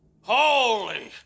Holy